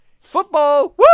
Football